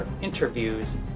Interviews